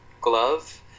glove